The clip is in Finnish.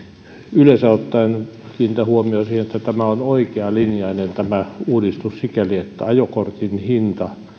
yleensä ottaen kiinnitän huomiota siihen että tämä uudistus on oikealinjainen sikäli että ajokortin hinta